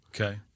Okay